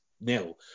nil